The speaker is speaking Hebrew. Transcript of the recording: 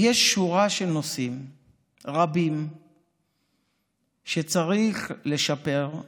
ויש שורה של נושאים רבים שצריך לשפר,